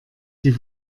die